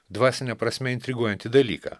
dvasine prasme intriguojantį dalyką